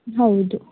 ಹೌದು